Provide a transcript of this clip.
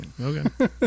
Okay